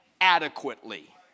adequately